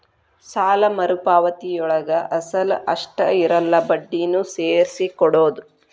ಸಾಲ ಮರುಪಾವತಿಯೊಳಗ ಅಸಲ ಅಷ್ಟ ಇರಲ್ಲ ಬಡ್ಡಿನೂ ಸೇರ್ಸಿ ಕೊಡೋದ್